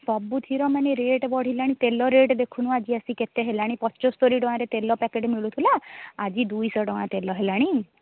ସବୁଥିର ମାନେ ରେଟ୍ ବଢ଼ିଲାଣି ତେଲ ରେଟ୍ ଦେଖୁନୁ ଆଜି ଆସିକି କେତେ ହେଲାଣି ପଞ୍ଚସ୍ତରୀ ଟଙ୍କାରେ ତେଲ ପ୍ୟାକେଟ୍ ମିଳୁଥିଲା ଆଜି ଦୁଇ ଶହ ଟଙ୍କା ତେଲ ହେଲାଣି